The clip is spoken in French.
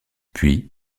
puis